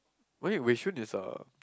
wait Wei-Shun is a